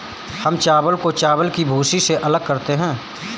हम चावल को चावल की भूसी से अलग करते हैं